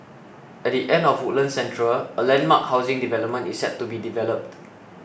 at the edge of Woodlands Central a landmark housing development is set to be developed